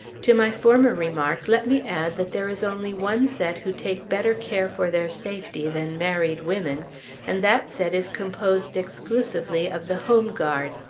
to my former remark, let me add that there is only one set who take better care for their safety than married women and that set is composed exclusively of the home guard.